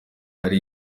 ari